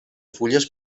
fulles